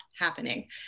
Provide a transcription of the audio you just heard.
happening